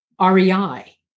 REI